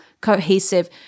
cohesive